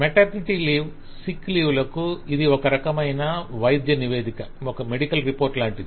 maternity leave sick leave లకు ఇది ఒక రకమైన వైద్య నివేదిక లాంటిది